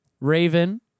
Raven